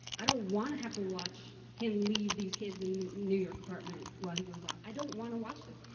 i don't want to have to watch him leave these kids in a new york apartment while he goes off. i don't want to watch this.